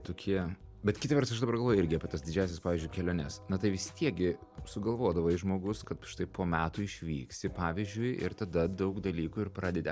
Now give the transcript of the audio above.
tokie bet kitą vertus aš dabar galvoju irgi apie tas didžiąsias pavyzdžiui keliones na tai vis tiek gi sugalvodavai žmogus kad štai po metų išvyksi pavyzdžiui ir tada daug dalykų ir pradedi